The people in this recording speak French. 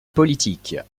politique